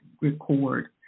record